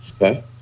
Okay